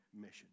mission